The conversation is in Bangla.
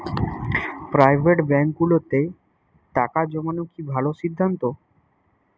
প্রাইভেট ব্যাংকগুলোতে টাকা জমানো কি ভালো সিদ্ধান্ত?